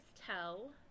tell